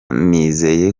nizeye